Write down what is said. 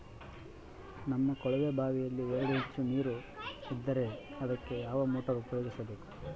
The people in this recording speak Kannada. ನಮ್ಮ ಕೊಳವೆಬಾವಿಯಲ್ಲಿ ಎರಡು ಇಂಚು ನೇರು ಇದ್ದರೆ ಅದಕ್ಕೆ ಯಾವ ಮೋಟಾರ್ ಉಪಯೋಗಿಸಬೇಕು?